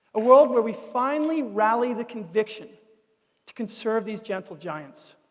a world where we finally rally the conviction to conserve these gentle giants.